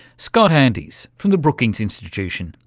scott andes from the brookings institution,